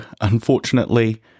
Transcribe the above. unfortunately